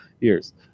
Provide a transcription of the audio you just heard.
years